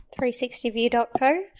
360view.co